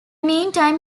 meantime